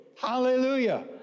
Hallelujah